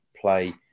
play